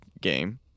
game